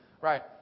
Right